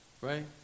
right